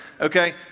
okay